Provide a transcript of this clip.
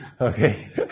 Okay